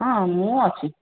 ହଁ ମୁଁ ଅଛି